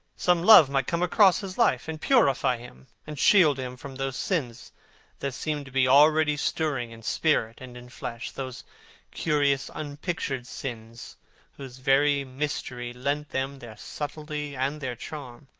some love might come across his life, and purify him, and shield him from those sins that seemed to be already stirring in spirit and in flesh those curious unpictured sins whose very mystery lent them their subtlety and their charm.